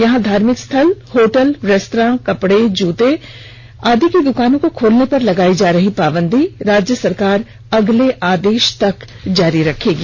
यहां धार्मिक स्थल होटल रेस्त्रां कपड़े जूते आदि की दुकानों के खोलने पर लगाई जा रही पावंदी राज्य सरकार अगले आदेष तक जारी रखेगी